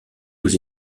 aux